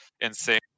insane